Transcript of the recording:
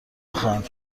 خواهند